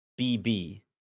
BB